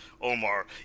Omar